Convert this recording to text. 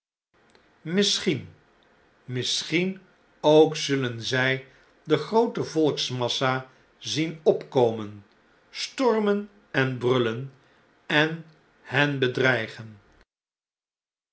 misschien misschien ook zullen zij de groote volksmassa zien opkomen stormen en brullen en hen bedreigen